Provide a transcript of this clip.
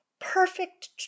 perfect